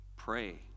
Pray